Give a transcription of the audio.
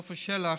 לעפר שלח,